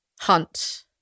hunt